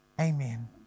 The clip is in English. Amen